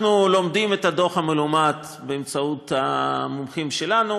אנחנו לומדים את הדוח המלומד באמצעות המומחים שלנו.